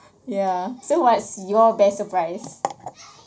ya so what's your best surprise